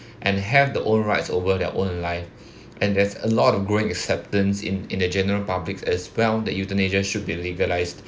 and have the own rights over their own life and there's a lot of growing acceptance in in the general public as well that euthanasia should be legalised